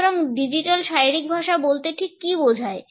সুতরাং ডিজিটাল শারীরিক ভাষা বলতে ঠিক কী বোঝায়